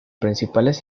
principales